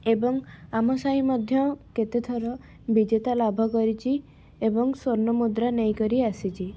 ଏବଂ ଆମ ସାହି ମଧ୍ୟ କେତେ ଥର ବିଜେତା ଲାଭ କରିଛି ଏବଂ ସ୍ୱଣ୍ଣ ମୁଦ୍ରା ନେଇକରି ଆସିଛି